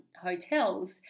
hotels